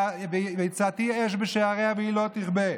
והצתי אש בשעריה והיא לא תכבה.